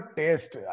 taste